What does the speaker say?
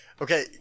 Okay